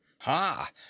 ha